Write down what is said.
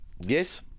yes